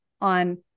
on